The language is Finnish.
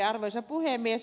arvoisa puhemies